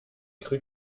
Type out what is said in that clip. cru